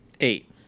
Eight